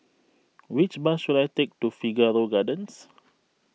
which bus should I take to Figaro Gardens